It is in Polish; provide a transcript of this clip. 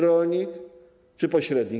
Rolnik czy pośrednik?